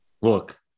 look